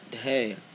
hey